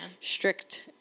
strict